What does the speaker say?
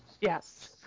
Yes